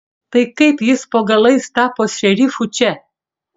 tai kaip jis po galais tapo šerifu čia